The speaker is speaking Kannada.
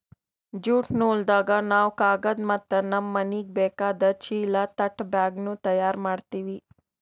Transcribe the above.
ಜ್ಯೂಟ್ ನೂಲ್ದಾಗ್ ನಾವ್ ಕಾಗದ್ ಮತ್ತ್ ನಮ್ಮ್ ಮನಿಗ್ ಬೇಕಾದ್ ಚೀಲಾ ತಟ್ ಬ್ಯಾಗ್ನು ತಯಾರ್ ಮಾಡ್ತೀವಿ